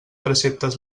preceptes